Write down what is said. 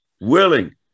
willing